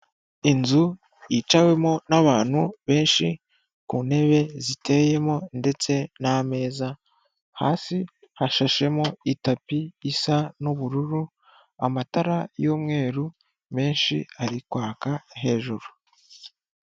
Inzu yicawemo n'abantu benshi ku ntebe ziteyemo ndetse n'ameza hasi hashashemo itapi isa n'ubururu, amatara y'umweru menshi ari kwaka hejuru.